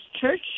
church